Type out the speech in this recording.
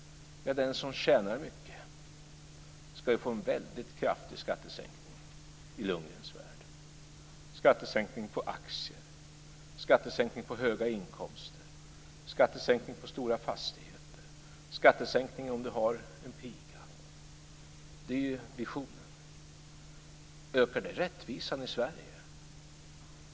Ja, den som tjänar mycket ska få en väldigt kraftig skattesänkning i Lundgrens värld - en skattesänkning på aktier, en skattesänkning på höga inkomster, en skattesänkning på stora fastigheter och en skattesänkning på pigor. Det är ju visionen. Ökar det rättvisan i Sverige?